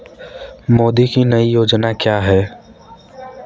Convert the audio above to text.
मोदी की नई योजना क्या है?